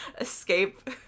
escape